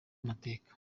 amateka